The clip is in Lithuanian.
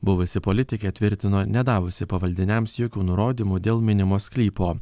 buvusi politikė tvirtino nedavusi pavaldiniams jokių nurodymų dėl minimo sklypo